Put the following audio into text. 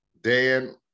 Dan